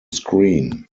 screen